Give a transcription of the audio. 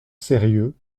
sérieux